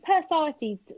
personality